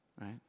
right